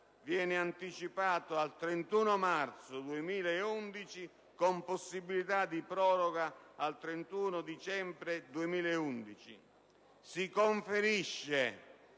viene anticipato al 31 marzo 2011, con possibilità di proroga al 31 dicembre 2011.